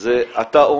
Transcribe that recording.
זה אתה,